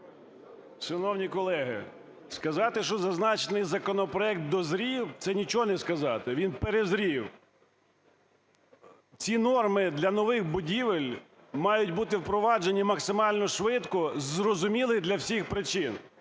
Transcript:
Шановні колеги, сказати, що зазначений законопроект дозрів, це нічого не сказати: він перезрів. Ці норми для нових будівель мають бути впроваджені максимально швидко з зрозумілих для всіх причин.